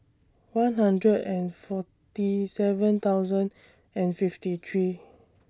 one hundred and forty seven thousand and fifty three